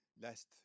last